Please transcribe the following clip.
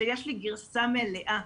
שיש לי גרסה מלאה,